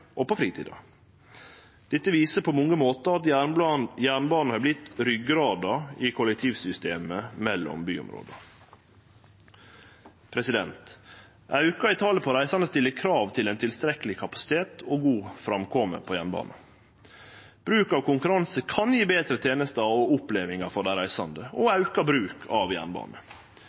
og på fritida. Dette viser på mange måtar at jernbanen har vorte ryggrada i kollektivsystemet mellom byområda. Auken i talet på reisande stiller krav til ein tilstrekkeleg kapasitet og god framkomst på jernbane. Bruk av konkurranse kan gje betre tenester og opplevingar til dei reisande og auka bruk av jernbane.